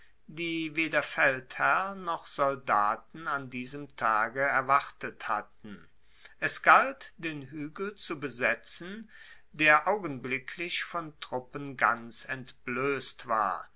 die weder feldherr noch soldaten an diesem tage erwartet hatten es galt den huegel zu besetzen der augenblicklich von truppen ganz entbloesst war